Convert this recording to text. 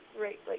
right